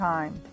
Time